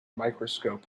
microscope